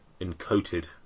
encoded